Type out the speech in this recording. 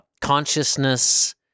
consciousness